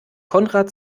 konrad